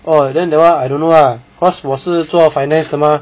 oh that [one] I don't know ah cause 我是做 finance 的 mah